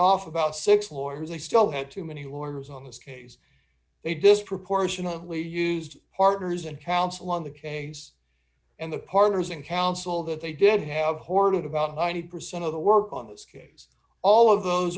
off about six lawyers they still had too many lawyers on this case they disproportionately used partners and counsel on the case and the partners and counsel that they did have hoarded about ninety percent of the work on this case all of those